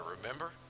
remember